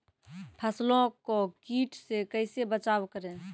फसलों को कीट से कैसे बचाव करें?